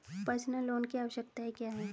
Personal loan की आवश्यकताएं क्या हैं?